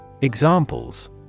Examples